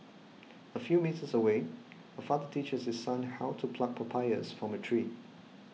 a few metres away a father teaches his son how to pluck papayas from a tree